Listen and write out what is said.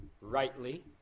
rightly